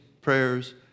prayers